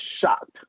shocked